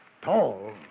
Tall